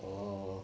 oh